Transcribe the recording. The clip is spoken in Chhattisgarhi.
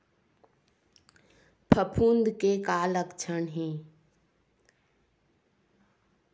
फफूंद के का लक्षण हे?